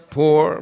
poor